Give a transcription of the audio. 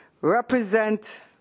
represent